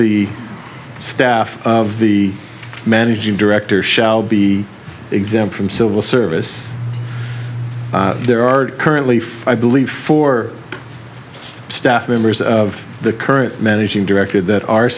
the staff of the managing director shall be exempt from civil service there are currently five believe for staff members of the current managing director that